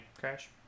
Crash